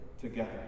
together